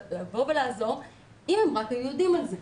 לבוא ולעזור אם הם רק היו יודעים על זה.